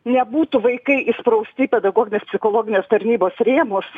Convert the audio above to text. nebūtų vaikai įsprausti į pedagoginės psichologinės tarnybos rėmus